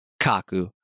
Kaku